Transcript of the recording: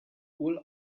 will